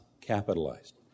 capitalized